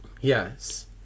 Yes